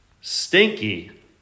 stinky